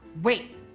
Wait